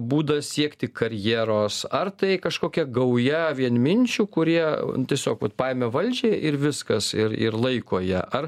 būdas siekti karjeros ar tai kažkokia gauja vienminčių kurie tiesiog vat paėmė valdžią ir viskas ir ir laiko ją ar